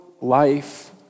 life